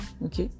ok